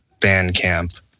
Bandcamp